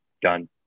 done